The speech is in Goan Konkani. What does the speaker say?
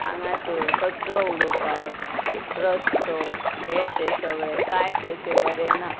हांगासर कचरो उडोवपाक रस्तो हे ते सगळें कांयच अशें बरें ना